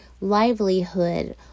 livelihood